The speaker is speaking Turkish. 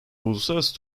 uluslararası